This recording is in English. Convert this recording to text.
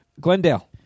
Glendale